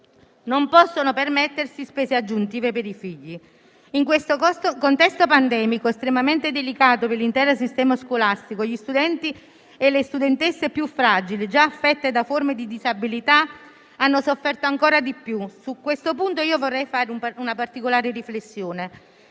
non possono permettersi spese aggiuntive per i figli. In questo contesto pandemico estremamente delicato per l'intero sistema scolastico, gli studenti e le studentesse più fragili, già affetti da forme di disabilità, hanno sofferto ancora di più. Su questo punto vorrei fare una particolare riflessione.